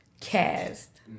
cast